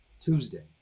Tuesday